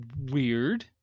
Weird